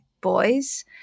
boys